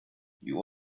you